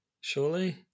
surely